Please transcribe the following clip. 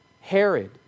Herod